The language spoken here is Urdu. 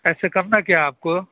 ایسے کرنا کیا ہے آپ کو